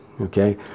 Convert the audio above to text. okay